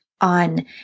on